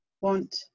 want